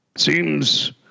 seems